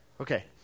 Okay